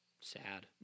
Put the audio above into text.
Sad